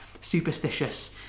superstitious